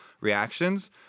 reactions